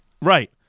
Right